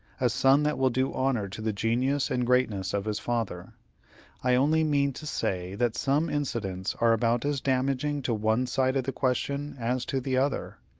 a son that will do honor to the genius and greatness of his father i only mean to say that some incidents are about as damaging to one side of the question as to the other.